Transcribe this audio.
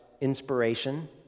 inspiration